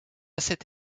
cette